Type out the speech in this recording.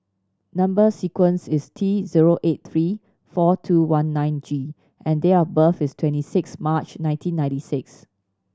number sequence is T zero eight three four two one nine G and date of birth is twenty six March nineteen ninety six